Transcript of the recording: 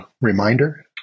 reminder